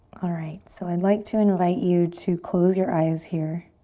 alright, so i'd like to invite you to close your eyes here,